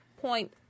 point